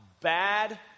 bad